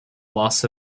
loss